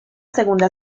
segunda